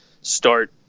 start